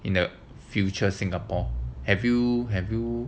in the future singapore have you have you